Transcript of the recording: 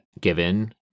given